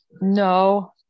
No